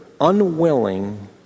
unwilling